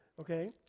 Okay